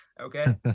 Okay